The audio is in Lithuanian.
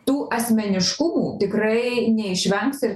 tų asmeniškumų tikrai neišvengs ir